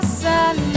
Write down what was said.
sun